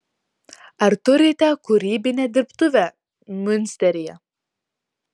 ar turite kūrybinę dirbtuvę miunsteryje